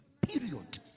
Period